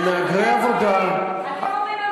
זה אתם אומרים,